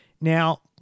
Now